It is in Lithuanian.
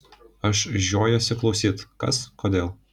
aš žiojuosi klaust kas kodėl